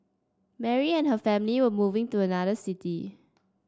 Mary and her family were moving to another city